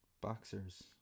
boxers